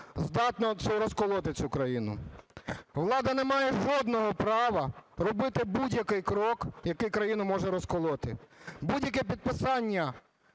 здатне розколоти цю країну. Влада не має жодного права робити будь-який крок, який країну може розколоти. Будь-яке підписання